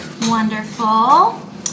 Wonderful